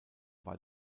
war